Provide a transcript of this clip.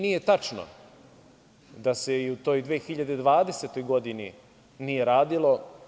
Nije tačno da se i u toj 2020. godini nije radilo.